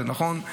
זה נכון,